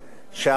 שאמר,